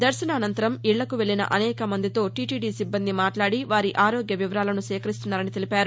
దర్శనానంతరం ఇళ్లకు వెల్లిన అనేక మందితో టీటీడీ సిబ్బంది మాట్లాడి వారి ఆరోగ్య వివరాలను సేకరిస్తున్నారని తెలిపారు